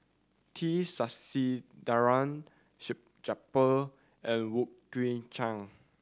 T Sasitharan Salleh Japar and Wong Kwei Cheong